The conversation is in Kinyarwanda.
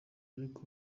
ariko